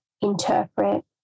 interpret